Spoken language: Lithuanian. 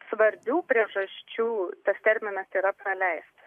svarbių priežasčių tas terminas yra praleistas